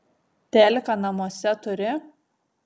teliką namuose turi